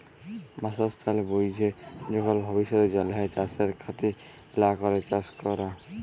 বাসস্থাল বুইঝে যখল ভবিষ্যতের জ্যনহে চাষের খ্যতি লা ক্যরে চাষ ক্যরা